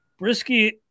Brisky